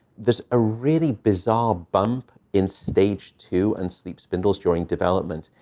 there's a really bizarre bump in stage two and sleep spindles during development,